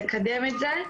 לקדם את זה.